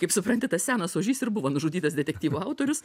kaip supranti tas senas ožys ir buvo nužudytas detektyvų autorius